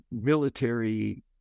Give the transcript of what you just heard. military